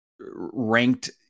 ranked